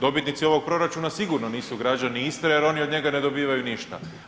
Dobitnici ovog proračuna sigurno nisu građani Istre jer oni od njega dobivaju ništa.